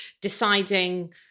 deciding